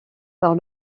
par